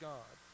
God